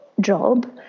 job